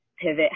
pivot